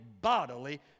bodily